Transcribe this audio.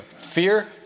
fear